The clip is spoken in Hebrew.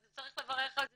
אז צריך לברך על זה